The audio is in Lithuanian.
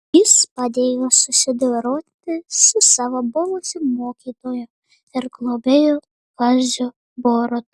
jis padėjo susidoroti su savo buvusiu mokytoju ir globėju kaziu boruta